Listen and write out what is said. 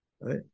right